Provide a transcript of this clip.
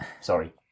Sorry